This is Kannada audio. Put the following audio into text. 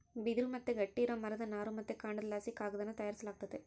ಬಿದಿರು ಮತ್ತೆ ಗಟ್ಟಿ ಇರೋ ಮರದ ನಾರು ಮತ್ತೆ ಕಾಂಡದಲಾಸಿ ಕಾಗದಾನ ತಯಾರಿಸಲಾಗ್ತತೆ